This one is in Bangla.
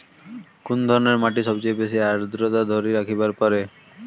কুন ধরনের মাটি সবচেয়ে বেশি আর্দ্রতা ধরি রাখিবার পারে?